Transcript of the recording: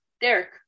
Derek